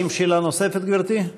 האם יש שאלה נוספת, גברתי?